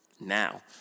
now